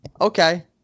okay